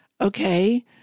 Okay